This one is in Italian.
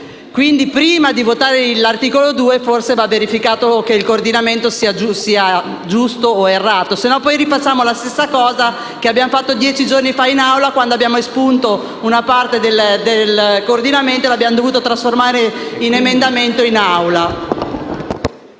Quindi, prima di votare l'articolo 2, forse va verificato che il coordinamento sia giusto o errato, sennò poi rifacciamo la stessa cosa che abbiamo fatto dieci giorni fa in Aula, quando abbiamo espunto una parte del coordinamento e l'abbiamo dovuta trasformare in emendamento.